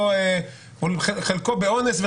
נעשה באונס,